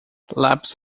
lápis